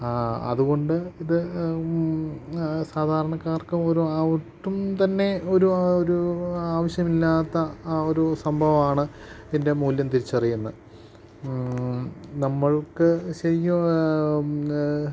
ആ അതുകൊണ്ട് ഇത് സാധാരണക്കാർക്ക് ഒരു ആ ഒട്ടും തന്നെ ഒരു ആവശ്യമില്ലാത്ത ആ ഒരു സംഭവമാണ് ഇതിൻ്റെ മൂല്യം തിരിച്ചറിയുന്നത് നമ്മൾക്ക് ശരിക്കും